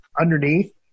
underneath